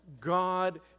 God